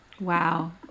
Wow